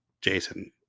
Jason